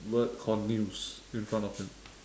word called news in front of him